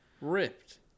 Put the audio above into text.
Ripped